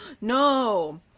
no